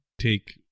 take